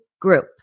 group